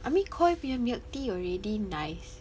I mean KOI punya milk tea already nice